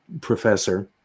professor